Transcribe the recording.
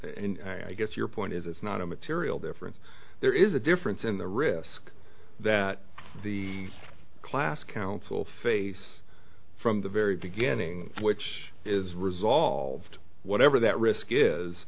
i guess your point is it's not a material difference there is a difference in the risk that the class council face from the very beginning which is resolved whatever that risk is